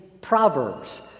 proverbs